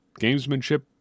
gamesmanship